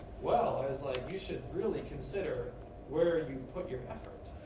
well, i was like, you should really consider where i mean you put your effort?